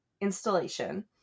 installation